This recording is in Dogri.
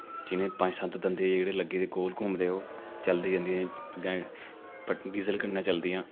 जि'नेंई पंज सत्त दंदे जेह्के लग्गे दे गोल घुमदे ओह् चलदी जंदी अग्गें डिज़ल कन्नै चलदियां